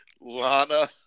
Lana